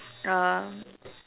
um